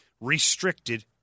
restricted